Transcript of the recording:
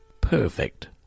Perfect